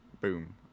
Boom